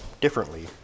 differently